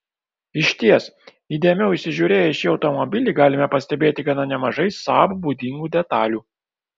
išties įdėmiau įsižiūrėję į šį automobilį galime pastebėti gana nemažai saab būdingų detalių